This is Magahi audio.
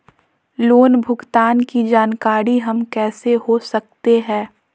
लोन भुगतान की जानकारी हम कैसे हो सकते हैं?